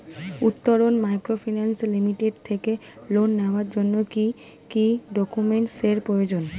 Uttaran microfinance limited থেকে loan নেওয়ার জন্য কি কি ডকুমেন্টস এর প্রয়োজন?